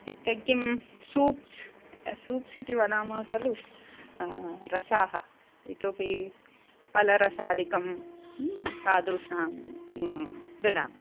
इत्युक्ते किं soups soups इति वदामः खलु रसाः इतोऽपि फलरसादिकं तादृशान् ददामि